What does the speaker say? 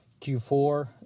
Q4